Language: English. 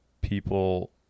people